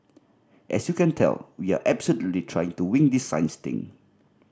as you can tell we are absolutely trying to wing this science thing